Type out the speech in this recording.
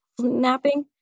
napping